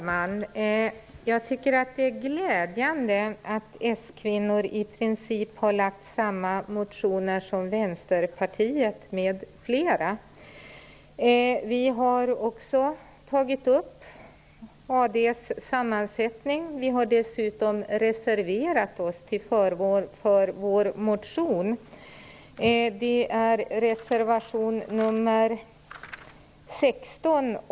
Herr talman! Det är glädjande att s-kvinnor i princip har väckt samma motion som Vänsterpartiet m.fl. Vi har också tagit upp Arbetsdomstolens sammansättning. Vi har dessutom reserverat oss till förmån för vår motion i reservation 16.